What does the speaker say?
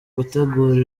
gutegura